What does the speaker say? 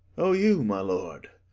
o you, my lord?